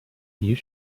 you